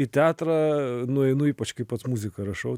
į teatrą nueinu ypač kai pats muziką rašau